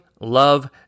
love